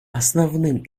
основным